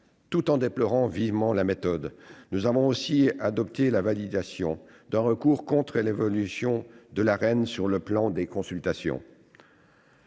Tout en déplorant vivement la méthode, nous avons aussi adopté la validation d'un recours contre l'évolution de l'Arenh sur le plan des consultations,